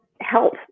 help